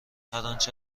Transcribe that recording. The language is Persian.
انچه